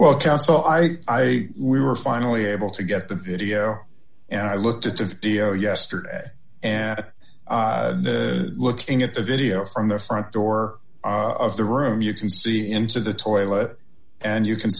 well council i we were finally able to get the video and i looked at the video yesterday and looking at the video from the front door are of the room you can see into the toilet and you can